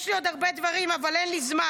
יש לי עוד הרבה דברים, אבל אין לי זמן.